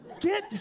Get